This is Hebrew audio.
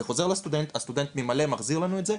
זה חוזר לסטודנט, הסטודנט ממלא, מחזיר לנו את זה.